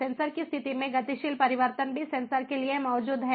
sensor की स्थिति में गतिशील परिवर्तन भी सेंसर के लिए मौजूद हैं